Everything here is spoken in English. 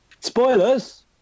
Spoilers